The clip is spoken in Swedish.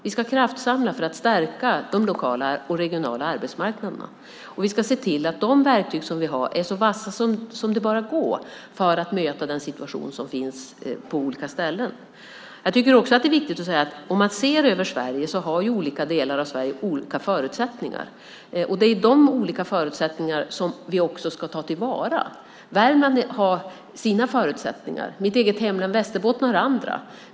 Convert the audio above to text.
Vi ska kraftsamla för att stärka de lokala och regionala arbetsmarknaderna och vi ska se till att de verktyg vi har är så vassa som de bara kan vara för att möta situationen på olika ställen. Olika delar av Sverige har ju olika förutsättningar. Det är de olika förutsättningarna som vi ska ta till vara. Värmland har sina förutsättningar. Mitt eget hemlän Västerbotten har andra.